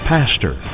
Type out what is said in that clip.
Pastor